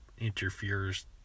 interferes